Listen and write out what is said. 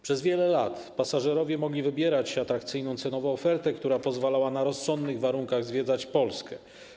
Przez wiele lat pasażerowie mogli wybierać atrakcyjną cenowo ofertę, która pozwalała na rozsądnych warunkach zwiedzać Polskę.